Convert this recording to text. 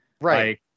right